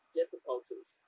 difficulties